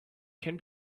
can